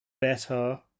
better